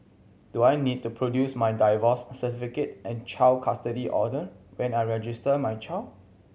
do I need to produce my divorce certificate and child custody order when I register my child